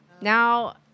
Now